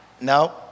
No